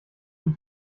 die